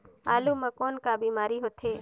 आलू म कौन का बीमारी होथे?